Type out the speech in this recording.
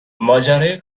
ماجرای